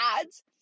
ads